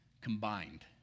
combined